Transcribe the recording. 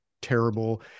terrible